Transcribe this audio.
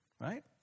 right